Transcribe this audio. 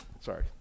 Sorry